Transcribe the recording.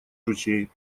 ручей